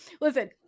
listen